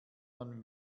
man